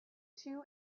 two